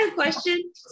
question